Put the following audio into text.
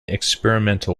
experimental